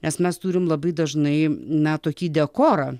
nes mes turim labai dažnai na tokį dekorą